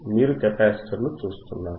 మీరు కెపాసిటర్ను చూస్తున్నారు